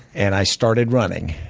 and i started running.